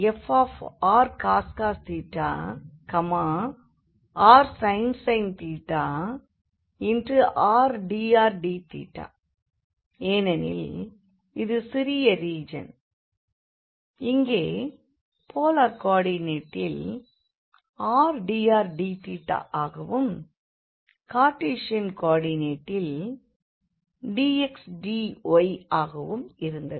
இங்கே ∬Gfrcos rsin rdrdθஏனெனில் இது சிறிய ரீஜன் இங்கே போலார் கோ ஆர்டினேட்டில் rdrdθஆகவும் கார்டீசியன் கோ ஆர்டினேட்டில் dx dy ஆகவும் இருந்தது